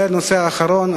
ונושא אחרון,